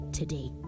today